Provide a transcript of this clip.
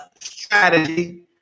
strategy